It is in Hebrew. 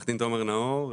עו"ד תומר נאור,